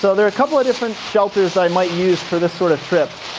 so there are a couple of different shelters that i might use for this sort of trip.